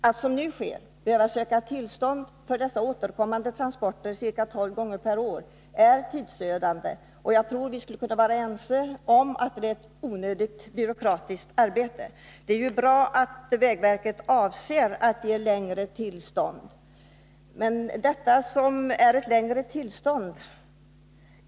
Att som nu sker behöva söka tillstånd för dessa återkommande transporter ca tolv gånger per år är tidsödande, och jag tror att vi skulle kunna vara ense om att det är ett onödigt byråkratiskt arbete. Det är bra att vägverket avser att förlänga giltighetstiden för tillstånden.